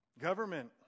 Government